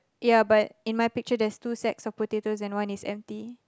ya but in my picture there's two sack of potato and one is empty